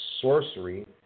sorcery